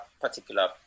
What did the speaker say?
particular